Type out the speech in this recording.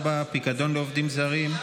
24) (פיקדון לעובדים זרים),